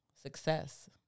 success